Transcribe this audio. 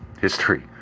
history